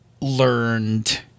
learned